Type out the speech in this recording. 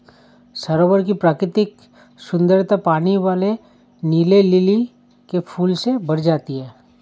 सरोवर की प्राकृतिक सुंदरता पानी वाले नीले लिली के फूल से बढ़ जाती है